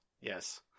yes